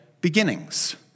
Beginnings